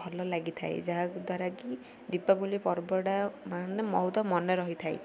ଭଲ ଲାଗିଥାଏ ଯାହା ଦ୍ୱାରା କି ଦୀପାବଳି ପର୍ବଟା ମାନେ ବହୁତ ମନେ ରହିଥାଏ